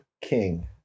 King